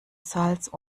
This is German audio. salz